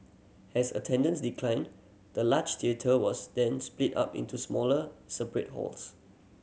has attendance declined the large theatre was then split up into smaller separate halls